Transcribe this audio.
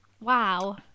Wow